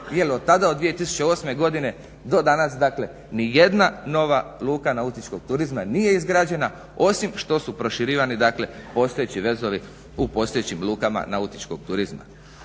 jer otada od 2008. godine do danas dakle nijedna nova luka nautičkog turizma nije izgrađena osim što su proširivani dakle postojeći vezovi u postojećim lukama nautičkog turizma.